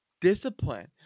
discipline